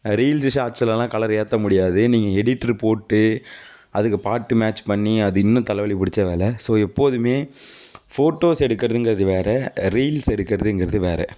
reels ஷார்ட்ஸுலலாம் colour ஏற்ற முடியாது நீங்கள் எடிட்ரூ போட்டு அதுக்கு பாட்டு மேட்ச் பண்ணி அது இன்னும் தலைவலி பிடிச்ச வேலை ஸோ எப்போதும் போட்டோஸ் எடுக்கிறதுங்குறது வேற ரீல்ஸ் எடுக்கிறதுங்குறது வேற